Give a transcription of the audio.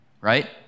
right